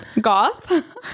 Goth